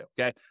okay